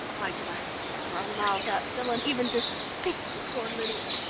why did i ever allow that villain even to speak to poor lydia?